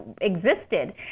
existed